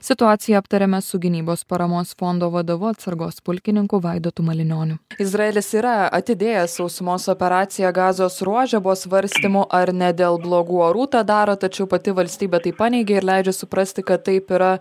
situaciją aptarėme su gynybos paramos fondo vadovu atsargos pulkininku vaidotu malinioniu izraelis yra atidėjęs sausumos operaciją gazos ruože buvo svarstymų ar ne dėl blogų orų tą daro tačiau pati valstybė tai paneigė ir leidžia suprasti kad taip yra